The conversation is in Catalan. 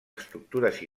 estructures